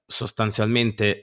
sostanzialmente